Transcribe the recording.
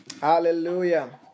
Hallelujah